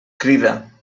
crida